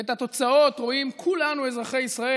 ואת התוצאות רואים כולנו, אזרחי ישראל.